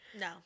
No